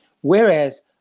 whereas